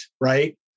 right